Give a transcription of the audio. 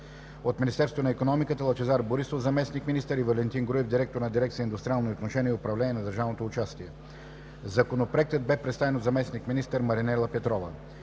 от Министерството на икономиката: Лъчезар Борисов – заместник-министър, и Валентин Груев, директор на дирекция „Индустриални отношения и управление на държавното участие“. Законопроектът бе представен от заместник-министър Маринела Петрова.